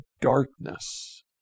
darkness